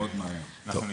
זה חודשיים.